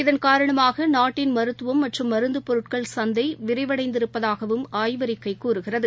இதன் காரணமாகநாட்டின் மருத்துவம் மற்றும் மருந்துபொருட்கள் சந்தைவிரிவடைந்திருப்பதாகவும் ஆய்வறிக்கைகூறுகிறது